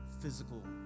physical